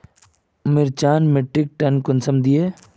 मिर्चान मिट्टीक टन कुंसम दिए?